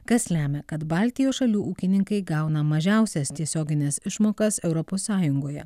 kas lemia kad baltijos šalių ūkininkai gauna mažiausias tiesiogines išmokas europos sąjungoje